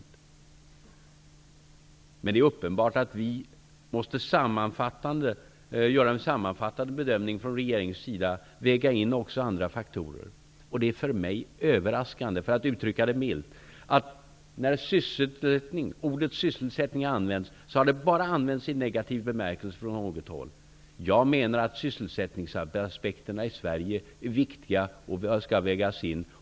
Det är emellertid uppenbart att regeringen måste göra en sammanfattande bedömning och väga in även andra faktorer. Det är, för att uttrycka det milt, för mig överraskande, att man när man har använt ordet sysselsättningen bara har använt det i negativ bemärkelse. Jag menar att sysselsättningsaspekterna i Sverige är viktiga och att de skall vägas in.